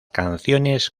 canciones